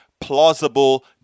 Plausible